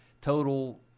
Total